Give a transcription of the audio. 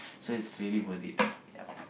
so is really worth it yup